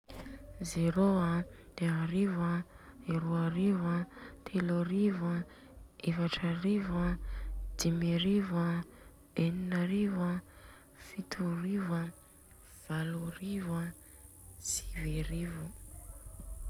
Zerô an, arivo an, roarivo an, teloarivo an, efatrarivo an, dimiarivo an, eninarivo an, fitoarivo an, valoarivo, siviarivo.